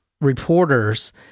reporters